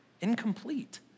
incomplete